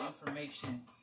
information